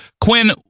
Quinn